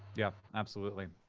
yeah, absolutely.